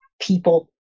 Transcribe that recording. people